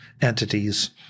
entities